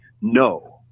no